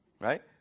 Right